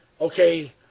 okay